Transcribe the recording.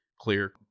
clear